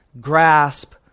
grasp